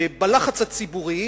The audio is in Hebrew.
בלחץ הציבורי,